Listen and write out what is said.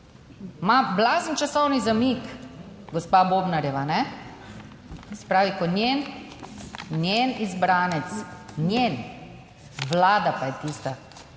ima blazen časovni zamik gospa Bobnarjeva, ne. Se pravi, ko njen, njen izbranec, njen, Vlada pa je tista,